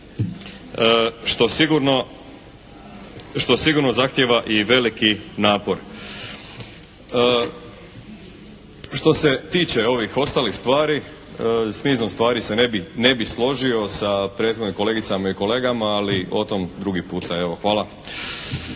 što sigurno zahtjeva i veliki napor. Što se tiče ovih ostalih stvari, s nizom stvari se ne bih složio sa prethodnim kolegicama i kolegama, ali o tom drugi puta. Hvala.